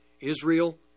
Israel